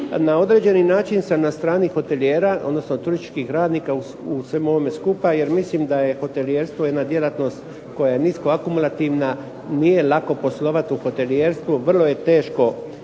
Na određeni način sam na strani hotelijera, odnosno turističkih radnika u svemu ovome skupa, jer mislim da je hotelijerstvo jedna djelatnost koja je nisko akumulativna, nije lako poslovati u hotelijerstvu, vrlo je teško